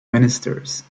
ministers